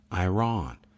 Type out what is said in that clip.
Iran